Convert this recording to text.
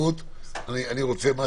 בתחילה-אמצע החורף אני רוצה לקיים